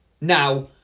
Now